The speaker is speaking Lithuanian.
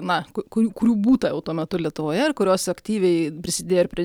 na kurių kurių būta jau tuo metu lietuvoje ir kurios aktyviai prisidėjo ir prie